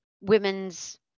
women's